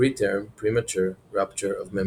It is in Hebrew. Preterm premature rupture of membranes,